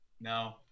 no